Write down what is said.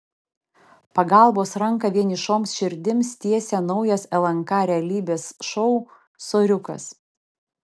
pagalbos ranką vienišoms širdims tiesia naujas lnk realybės šou soriukas